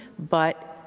but,